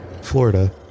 Florida